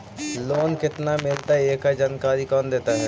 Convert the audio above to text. Loan केत्ना मिलतई एकड़ जानकारी कौन देता है?